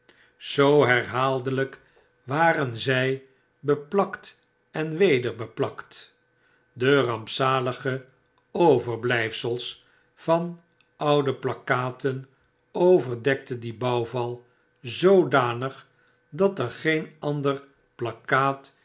zoo herhaaldeljjk waren zy beplakt en weder beplakt de rampzalige overblijfsels van oude plakkaten overdekten dien bouwval zoodanig dat er geen ander plakkaat